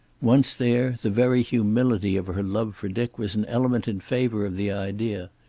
once there, the very humility of her love for dick was an element in favor of the idea.